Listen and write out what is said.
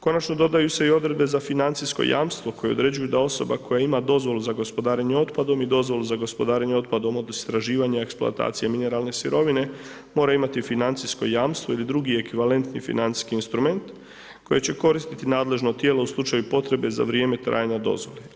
Konačno, dodaju se i odredbe za financijsko jamstvo koje određuju da osoba koja ima dozvolu za gospodarenje otpadom i dozvolu za gospodarenje otpadom od istraživanja, eksploatacije mineralne sirovine, mora imati financijsko jamstvo ili drugi ekvivalentni financijski instrument koji će koristiti nadležno tijelo u slučaju potrebe za vrijeme trajanja dozvole.